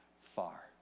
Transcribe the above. far